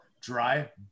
dry